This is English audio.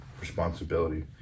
responsibility